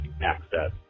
Access